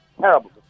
terrible